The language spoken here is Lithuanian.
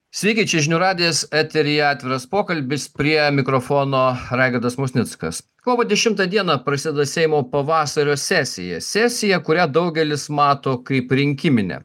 sveiki čia žinių radijas eteryje atviras pokalbis prie mikrofono raigardas musnickas kovo dešimą dieną prasideda seimo pavasario sesija sesija kurią daugelis mato kaip rinkiminę